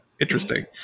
Interesting